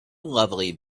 lovely